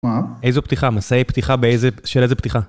איזו פתיחה? מסעי פתיחה של איזה פתיחה?